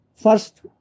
First